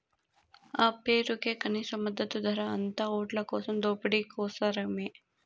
ఆ పేరుకే కనీస మద్దతు ధర, అంతా ఓట్లకోసం దోపిడీ కోసరమే